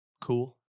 cool